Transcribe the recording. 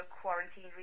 quarantine